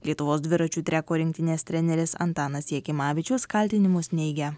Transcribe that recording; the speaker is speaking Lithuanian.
lietuvos dviračių treko rinktinės treneris antanas jakimavičius kaltinimus neigia